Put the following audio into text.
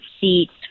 seats